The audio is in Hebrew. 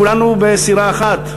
כולנו בסירה אחת,